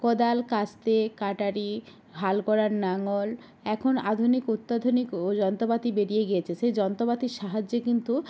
কোদাল কাস্তে কাটারি হাল করার লাঙল এখন আধুনিক অত্যাধুনিক ও যন্তপাতি বেরিয়ে গিয়েছে সেই যন্তপাতির সাহায্যে কিন্তু